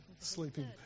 sleeping